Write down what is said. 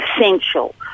essential